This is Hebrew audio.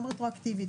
גם רטרואקטיבית.